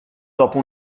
dopo